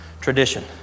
tradition